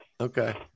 Okay